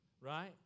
right